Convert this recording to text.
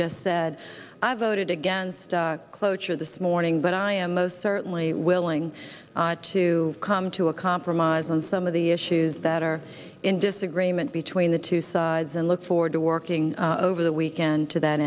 just said i voted against cloture this morning but i am most certainly willing to come to a compromise on some of the issues that are in disagreement between the two sides and look forward to working over the weekend to that